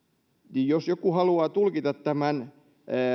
jos joku haluaa tulkita tämän